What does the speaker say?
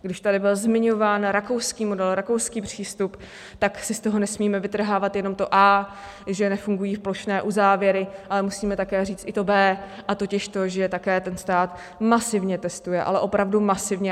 Když tady byl zmiňován rakouský model, rakouský přístup, tak si z toho nesmíme vytrhávat jenom to A, že nefungují plošné uzávěry, ale musíme také říct i to B, a totiž to, že ten stát masivně testuje, ale opravdu masivně.